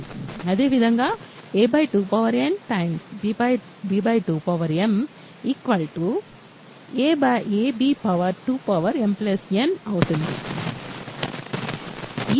అదేవిధంగా a 2n b 2m ab 2m n అవుతుంది